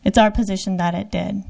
it's our position that it dead